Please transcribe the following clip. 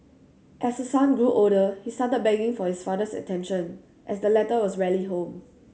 as her son grew older he started begging for his father's attention as the latter was rarely home